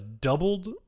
doubled